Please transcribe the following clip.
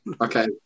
Okay